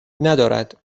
ندارد